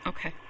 Okay